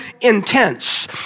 intense